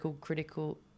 critical